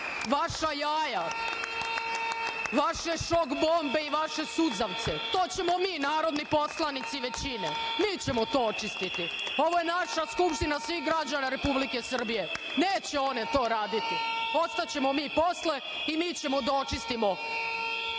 vaša jaja, vaše šok bombe i vaše suzavce. To ćemo mi narodni poslanici većine, mi ćemo to očistiti. Ovo je naša Skupština, svih građana Republike Srbije. Neće one to raditi. Ostaćemo mi posle i mi ćemo da očistimo.